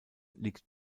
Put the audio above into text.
liegt